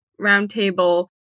roundtable